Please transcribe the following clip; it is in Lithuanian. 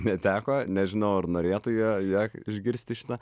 neteko nežinau ar norėtų jie jie išgirsti šitą